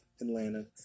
Atlanta